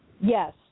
Yes